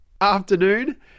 afternoon